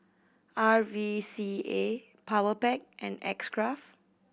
R V C A Powerpac and X Craft